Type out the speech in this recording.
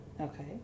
Okay